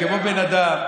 כמו בן אדם.